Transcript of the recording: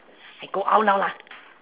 I go out now lah